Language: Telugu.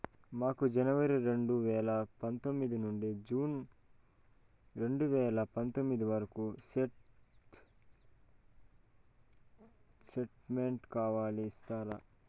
మాకు జనవరి రెండు వేల పందొమ్మిది నుండి జూన్ రెండు వేల పందొమ్మిది వరకు స్టేట్ స్టేట్మెంట్ కావాలి ఇస్తారా